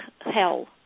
hell